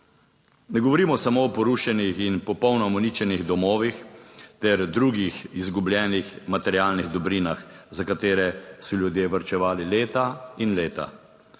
Ne govorimo samo o porušenih in popolnoma uničenih domovih ter drugih izgubljenih materialnih dobrinah, za katere so ljudje varčevali leta in leta.